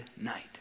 night